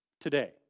today